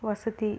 వసతి